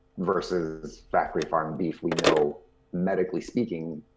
versus factory farmed beef, we know medically speaking,